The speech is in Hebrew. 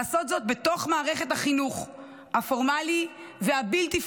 לעשות זאת בתוך מערכת החינוך הפורמלי והבלתי-פורמלי.